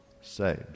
saved